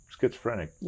Schizophrenic